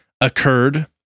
occurred